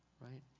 Right